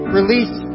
release